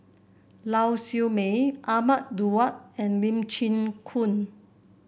Lau Siew Mei Ahmad Daud and Lee Chin Koon